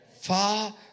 Far